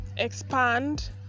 expand